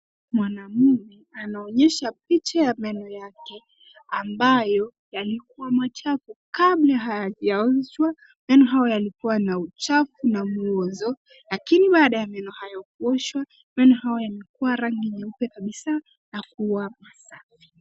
Mwanamume anaonyesha picha ya meno yake, ambayo yalikuwa machafu kabla hayajaoshwa. Meno hayo yalikuwa na uchafu na muozo, akinywa dawa ya meno hayo kuoshwa, meno hayo yanakuwa rangi nyeupe kabisa na kuwa masafi.